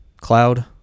cloud